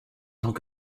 temps